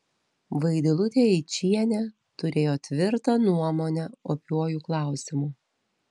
vaidilutė eičienė turėjo tvirtą nuomonę opiuoju klausimu